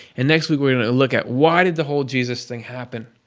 and next week we're going to look at, why did the whole jesus things happen?